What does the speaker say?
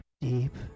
deep